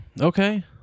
okay